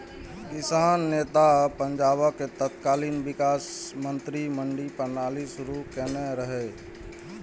किसान नेता आ पंजाबक तत्कालीन विकास मंत्री मंडी प्रणाली शुरू केने रहै